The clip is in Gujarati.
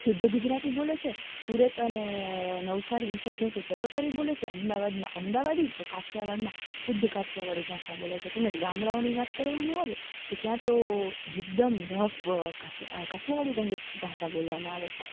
શુદ્ધ ગુજરાતી બોલે છે સુરત અને નવસારી એ સાઈડ જાઓ તો ચરોતરી બોલે છે અમદાવાદમાં અમદાવાદી તો કાઠિયાવાડમાં શુદ્ધ કાઠિયાવાડી ભાષા બોલે છે તેમજ ગામડાંઓની વાત કરવામાં આવે તો ત્યાં તો એકદમ રફ કાઠિયાવાડી લેંગવેજ ભાષા બોલવામાં આવે છે